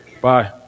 Bye